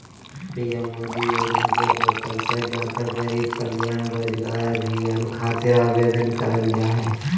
PM Modi योजना के portal पर जाकर गरीब कल्याण रोजगार अभियान खातिर आवेदन करल जा हय